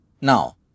Now